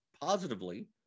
positively